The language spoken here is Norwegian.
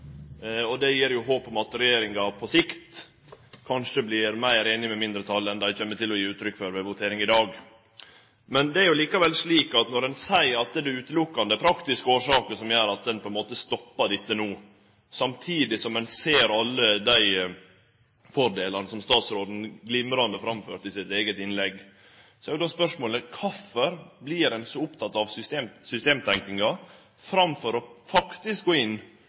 Det gir håp om at regjeringa på sikt kanskje vert meir einig med mindretalet enn dei kjem til å gje uttrykk for ved voteringa i dag. Men det er likevel slik at når ein seier at det er utelukkande praktiske årsaker som gjer at ein på ein måte stoppar dette no, samtidig som ein ser alle dei fordelane som statsråden glimrande framførde i sitt eige innlegg, så er jo då spørsmålet: Kvifor blir ein så oppteken av systemtenkinga framfor faktisk å gå inn